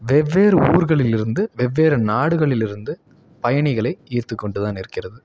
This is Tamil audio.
வெவ்வேறு ஊர்களில் இருந்து வெவ்வேறு நாடுகளில் இருந்து பயணிகளை ஈர்த்து கொண்டு தான் இருக்கிறது